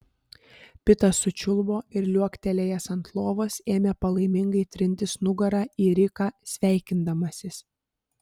pitas sučiulbo ir liuoktelėjęs ant lovos ėmė palaimingai trintis nugara į riką sveikindamasis